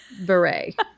beret